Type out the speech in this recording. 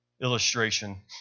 illustration